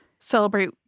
Celebrate